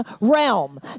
realm